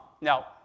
Now